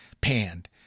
panned